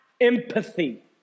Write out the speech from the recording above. empathy